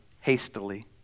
hastily